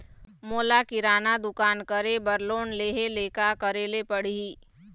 मोला किराना दुकान करे बर लोन लेहेले का करेले पड़ही?